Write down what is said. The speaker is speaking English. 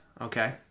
okay